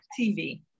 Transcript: TV